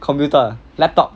computer laptop